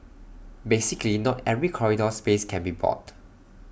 basically not every corridor space can be bought